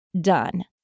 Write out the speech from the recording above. done